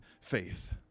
faith